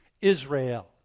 Israel